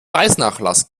preisnachlass